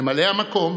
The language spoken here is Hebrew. ממלא המקום,